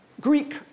Greek